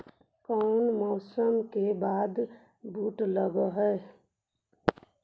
कोन मौसम के बाद बुट लग है?